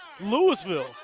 Louisville